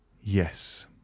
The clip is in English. Yes